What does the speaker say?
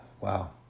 wow